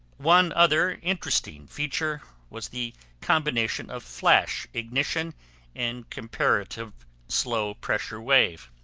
one other interesting feature was the combination of flash ignition and comparative slow pressure wave.